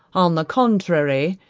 on the contrary,